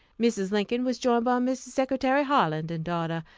mrs. lincoln was joined by mrs. secretary harlan and daughter,